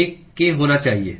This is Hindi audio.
एक k होना चाहिए